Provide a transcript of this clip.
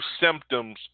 symptoms